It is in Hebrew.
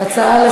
מה אתה מציע